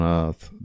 earth